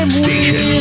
station